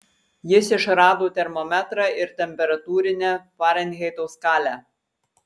jis išrado termometrą ir temperatūrinę farenheito skalę